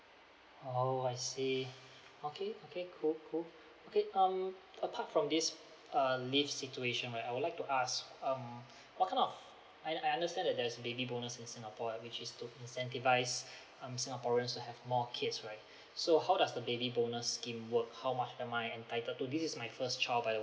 oh I see okay okay cool cool okay um apart from this uh leave situation right I would like to ask um what kind of I I understand that there's baby bonus in singapore ah which is to incentivize um singaporeans to have more kids right so how does the baby bonus scheme work how much am I entitled to this is my first child by the